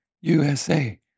USA